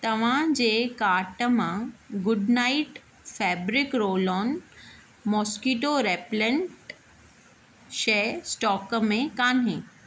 तव्हां जे कार्ट मां good night fabric roll on mosquito repellent शइ स्टॉक में कान्हे